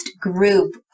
group